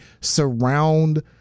Surround